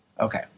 Okay